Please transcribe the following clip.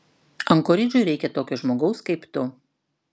ankoridžui reikia tokio žmogaus kaip tu